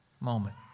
moment